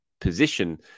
position